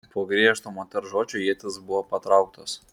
po griežtų moters žodžių ietys buvo patrauktos